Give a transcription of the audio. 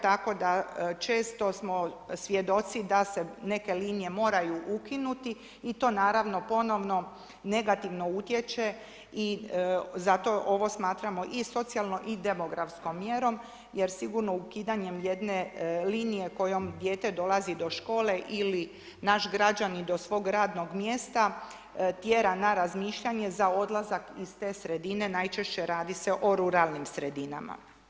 Tako da često smo svjedoci da se neke linije moraju ukinuti i to naravno ponovno negativno utječe i zato ovo smatramo i socijalnom i demografskom mjerom jer sigurno ukidanjem jedne linije kojom dijete dolazi do škole ili naš građanin do svog radnog mjesta tjera na razmišljanje za odlazak iz te sredine, najčešće radi se o ruralnim sredinama.